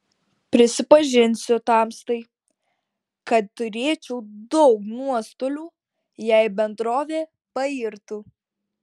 prisipažinsiu tamstai kad turėčiau daug nuostolių jei bendrovė pairtų